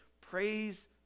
praise